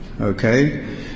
Okay